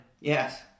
Yes